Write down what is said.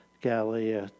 Galilee